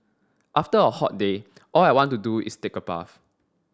after a hot day all I want to do is take a bath